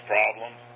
problems